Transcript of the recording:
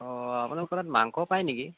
অঁ আপোনালোকৰ তাত মাংস পায় নেকি